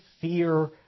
fear